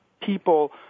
people